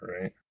right